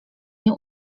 nie